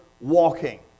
walking